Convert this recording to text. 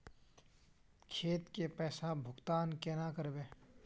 खेत के पैसा भुगतान केना करबे?